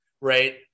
Right